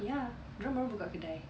ya dia orang baru buka kedai